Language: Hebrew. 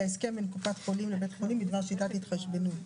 הרוויזיה נפלה.